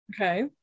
Okay